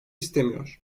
istemiyor